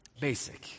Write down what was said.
basic